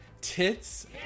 tits